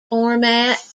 format